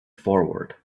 forward